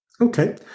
okay